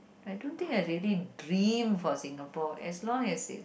I don't think I really dream for Singapore as long as it's